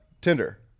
Tinder